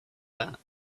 that